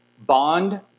Bond